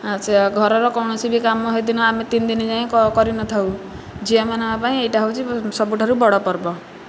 ଆଛା ଘରର କୌଣସି ବି କାମ ସେଦିନ ଆମେ ତିନି ଦିନ ଯାଏଁ କ କରିନଥାଉ ଝିଅମାନଙ୍କ ପାଇଁ ଏଇଟା ହେଉଛି ସବୁଠାରୁ ବଡ଼ ପର୍ବ